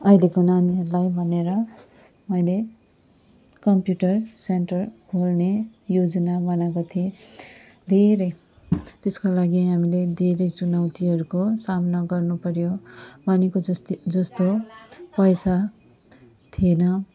अहिलेको नानीहरूलाई भनेर मैले कम्प्युटर सेन्टर खोल्ने योजना बनाएको थिएँ धेरै त्यसको लागि हामीले धेरै चुनौतीहरूको सामना गर्नु पर्यो भनेको जस्तै जस्तो पैसा थिएन